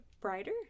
brighter